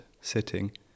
sitting